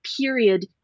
period